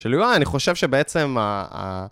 שלו, אה, אני חושב שבעצם ה...